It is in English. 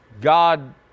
God